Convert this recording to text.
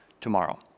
tomorrow